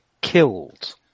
killed